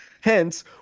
Hence